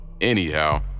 Anyhow